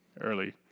early